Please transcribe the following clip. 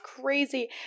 crazy